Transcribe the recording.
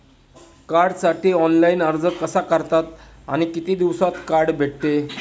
कार्डसाठी ऑनलाइन अर्ज कसा करतात आणि किती दिवसांत कार्ड भेटते?